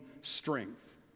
strength